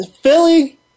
Philly